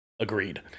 Agreed